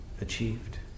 achieved